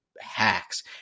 hacks